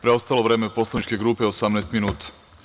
Preostalo vreme poslaničke grupe je 18 minuta.